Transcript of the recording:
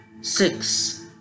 Six